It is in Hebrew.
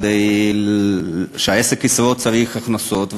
וכדי שהעסק ישרוד צריך הכנסות,